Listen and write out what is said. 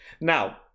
Now